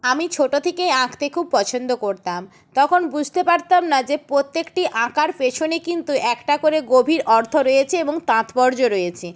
আমি ছোটো থেকেই আঁকতে খুব পছন্দ করতাম তখন বুঝতে পারতাম না যে প্রত্যেকটি আঁকার পেছনে কিন্তু একটা করে গভীর অর্থ রয়েছে এবং তাৎপর্য রয়েছে